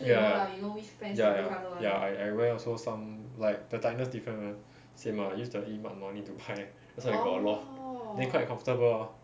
ya ya ya ya I I wear also some like the tightness different [one] same lah use the eMart no need to hide that's why I got a lot then quite comfortable ah